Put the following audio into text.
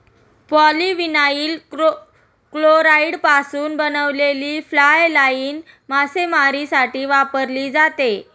polyvinyl क्लोराईडपासून बनवलेली fly line मासेमारीसाठी वापरली जाते